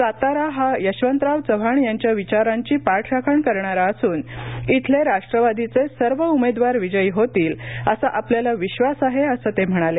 सातारा हा यशवंतराव चव्हाण यांच्या विचारांची पाठराखण करणारा असून इथले राष्ट्रवादीचे सर्व उमेदवार विजयी होतील असा आपल्याला विश्वास आहे असं ते म्हणाले